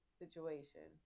situation